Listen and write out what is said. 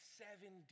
seven